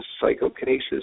psychokinesis